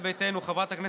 חברי הכנסת,